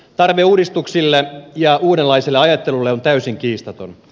tarve uudistuksille ja uudenlaiselle ajattelulle on täysin kiistaton